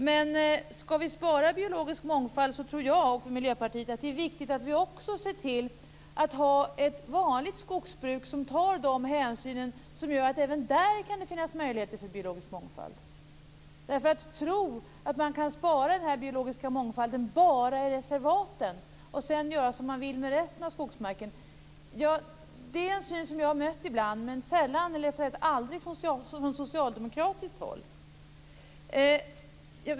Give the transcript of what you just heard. Men skall vi spara biologisk mångfald tror jag och Miljöpartiet att det är viktigt att också se till att ha ett vanligt skogsbruk som tar de hänsyn som gör att det även där kan finnas möjlighet till biologisk mångfald. Att man tror att man kan spara den biologiska mångfalden bara i reservaten och sedan göra vad man vill med resten av skogsmarken är en syn som jag har mött ibland, men sällan eller aldrig från socialdemokratiskt håll.